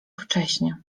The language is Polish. wcześnie